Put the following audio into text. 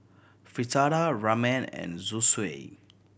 Fritada Ramen and Zosui